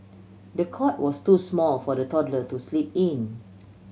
the cot was too small for the toddler to sleep in